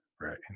right